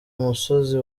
umusozi